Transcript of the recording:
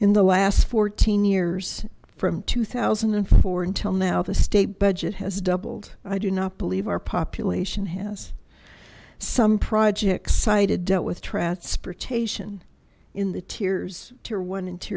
in the last fourteen years from two thousand and four until now the state budget has doubled i do not believe our population has some projects cited dealt with trad spur taishan in the tears to one into